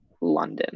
London